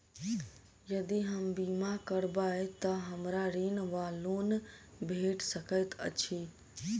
यदि हम बीमा करबै तऽ हमरा ऋण वा लोन भेट सकैत अछि?